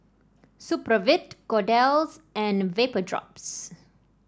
Supravit Kordel's and Vapodrops